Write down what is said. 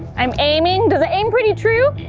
i'm aiming, does it aim pretty true?